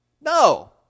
No